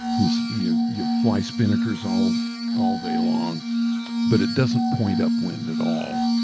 you so yeah you fly spinnakers all all day long but it doesn't point upwind at all.